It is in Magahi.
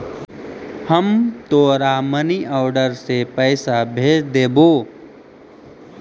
हम तोरा मनी आर्डर से पइसा भेज देबो